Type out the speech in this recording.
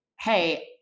hey